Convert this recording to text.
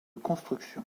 construction